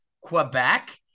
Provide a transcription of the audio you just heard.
Quebec